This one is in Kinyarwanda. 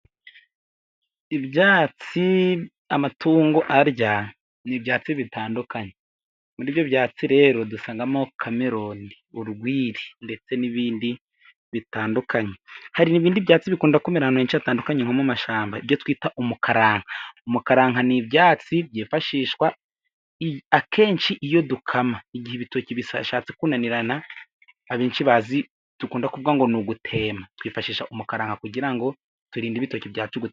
Ibyatsi amatungo arya ni ibyatsi bitandukanye muri ibyo byatsi rero dusanamo kameroni, ururwiri ndetse n'ibindi bitandukanye. Hari n'ibindi byatsi bikunda kumera ahantu henshi hatandukanye nko mu mashyamba ibyo twita umukaranka. Umukaranka ni ibyatsi byifashishwa akenshi iyo dukama igihe ibitoki bishatse kunanirana abenshi bazi dukunda kuvuga ngo ni ugutema twifashisha umukaranka kugira ngo turinde ibitoki byacu gutema.